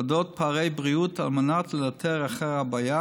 על פערי בריאות על מנת לנטר את הבעיה